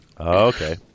Okay